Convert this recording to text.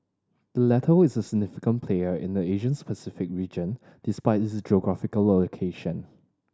the latter is a significant player in the Asia Pacific region despite its geographical location